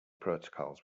protocols